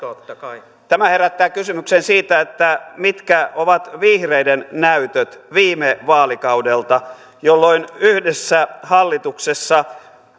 tämä herättää kysymyksen siitä mitkä ovat vihreiden näytöt viime vaalikaudelta jolloin yhdessä hallituksessa